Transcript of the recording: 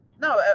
no